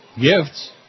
Gifts